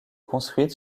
construite